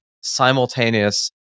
simultaneous